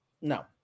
No